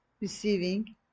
receiving